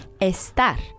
Estar